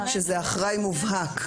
שזה אחראי מובהק.